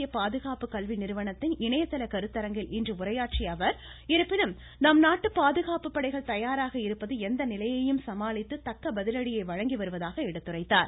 தேசிய பாதுகாப்பு கல்வி நிறுவனத்தின் இணையதள கருத்தரங்கில் இன்று உரையாற்றிய அவர் இருப்பினும் நம்நாட்டு பாதுகாப்பு படைகள் தயாராக இருந்து எந்த நிலைமையையும் சமாளித்து தக்க பதிலடியை வழங்கி வருவதாக எடுத்துரைத்தார்